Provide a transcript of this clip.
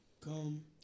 Come